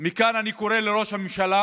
מכאן אני קורא לראש הממשלה